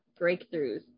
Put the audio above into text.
breakthroughs